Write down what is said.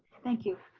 thank you,